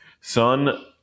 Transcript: son